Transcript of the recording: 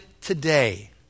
today